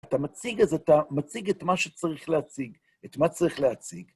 אתה מציג אז אתה מציג את מה שצריך להציג, את מה צריך להציג.